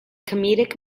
comedic